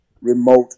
remote